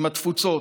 עם התפוצות,